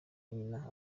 nyina